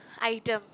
item